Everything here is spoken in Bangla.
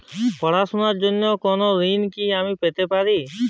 পড়াশোনা র জন্য কোনো ঋণ কি আমি পেতে পারি?